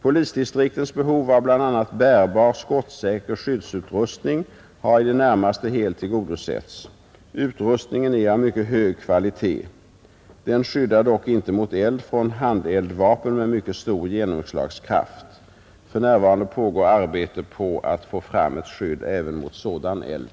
Polisdistriktens behov av bl.a. bärbar skottsäker skyddsutrustning har i det närmaste helt tillgodosetts. Utrustningen är av mycket hög kvalitet. Den skyddar dock inte mot eld från handeldvapen med mycket stor genomslagskraft. För närvarande pågår arbete på att få fram ett skydd även mot sådan eld.